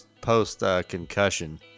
post-concussion